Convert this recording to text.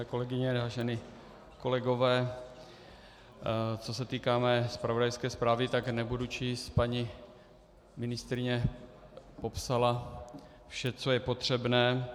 Milé kolegyně, vážení kolegové, co se týká mé zpravodajské zprávy, tak nebudu číst, paní ministryně popsala vše, co je potřebné.